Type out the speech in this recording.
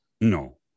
No